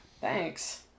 Thanks